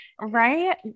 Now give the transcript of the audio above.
Right